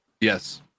Yes